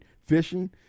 fishing